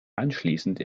anschließend